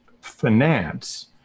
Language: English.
finance